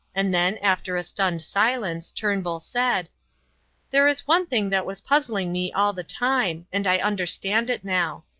and then, after a stunned silence, turnbull said there is one thing that was puzzling me all the time, and i understand it now.